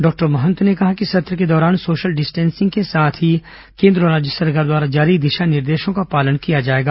doctor Mahant ने कहा कि सत्र के दौरान सोशल डिस्टेंसिंग के साथ ही केन्द्र और राज्य सरकार द्वारा जारी दिशा निर्देशों का पालन किया जाएगा